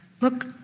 look